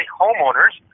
homeowners